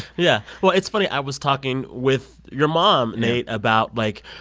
yeah. well, it's funny, i was talking with your mom, nate, about, like,